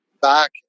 back